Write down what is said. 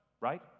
right